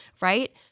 right